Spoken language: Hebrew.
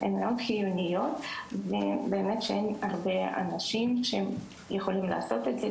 הן גם חיוניות ובאמת שאין הרבה אנשים שיכולים לעשות את זה,